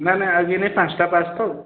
ନା ନାଇଁ ଆଉ କେହି ନାଇଁ ପାଞ୍ଚଟା ପାସ୍ ତ ଆଉ